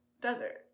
desert